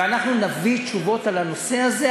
ואנחנו נביא תשובות על הנושא הזה,